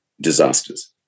disasters